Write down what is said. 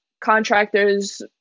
contractors